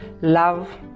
love